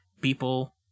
people